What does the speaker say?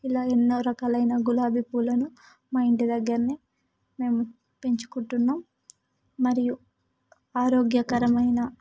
ఇలా ఎన్నో రకాలైన గులాబీ పూలను మా ఇంటి దగ్గరనే మేము పెంచుకుంటున్నాం మరియు ఆరోగ్యకరమైన